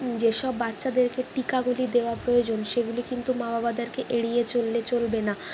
যে সব বাচ্চাদেরকে টিকাগুলি দেওয়া প্রয়োজন সেগুলি কিন্তু মা বাবাদেরকে এড়িয়ে চললে চলবে না